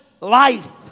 life